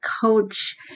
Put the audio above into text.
coach